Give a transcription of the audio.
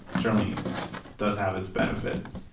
certainly does have its benefits.